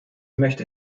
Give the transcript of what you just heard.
möchte